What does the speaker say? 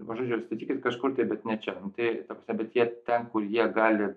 va žodžiu ir statykit kažkur tai bet ne čia tai ta prasme bet jie ten kur jie gali